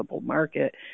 market